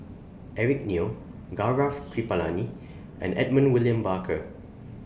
Eric Neo Gaurav Kripalani and Edmund William Barker